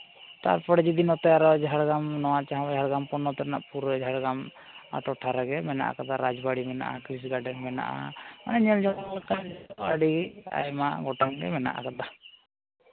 ᱛᱟᱨᱯᱚᱨᱮ ᱡᱩᱫᱤ ᱱᱚᱛᱮ ᱟᱨᱚ ᱡᱷᱟᱲᱜᱨᱟᱢ ᱱᱚᱣᱟ ᱡᱟᱦᱟᱸ ᱡᱷᱟᱲᱜᱨᱟᱢ ᱯᱚᱱᱚᱛ ᱨᱮᱱᱟᱜ ᱯᱩᱨᱟᱹ ᱡᱷᱟᱲᱜᱨᱟᱢ ᱴᱚᱴᱷᱟ ᱨᱮᱜᱮ ᱢᱮᱱᱟᱜ ᱠᱟᱫᱟ ᱨᱟᱡᱽ ᱵᱟᱹᱲᱤ ᱢᱮᱱᱟᱜᱼᱟ ᱜᱟᱨᱰᱮᱱ ᱢᱮᱱᱟᱜᱼᱟ ᱢᱟᱱᱮ ᱧᱮᱞ ᱡᱚᱝ ᱞᱮᱠᱟᱱ ᱡᱟᱭᱜᱟ ᱟᱹᱰᱤ ᱟᱭᱢᱟ ᱜᱚᱴᱟᱝ ᱜᱮ ᱢᱮᱱᱟᱜ ᱠᱟᱫᱟ